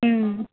ம்